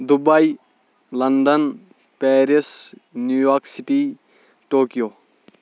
Dubai London Paris New York city Tokyo